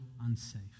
unsafe